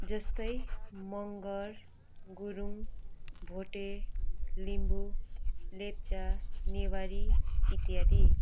जस्तै मगर गुरुङ भोटे लिम्बू लेप्चा नेवारी इत्यादि